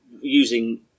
using